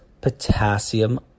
potassium